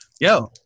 Yo